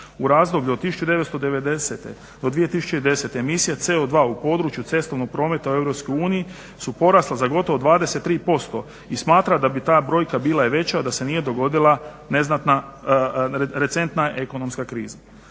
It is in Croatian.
U razdoblju od 1990. do 2010. emisija CO2 u području cestovnog prometa u Europskoj uniji su porasla za gotovo 23% i smatra da bi ta brojka bila i veća da se nije dogodila recentna ekonomska kriza.